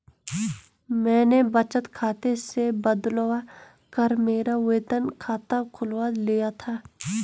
मैंने बचत खाते से बदलवा कर मेरा वेतन खाता खुलवा लिया था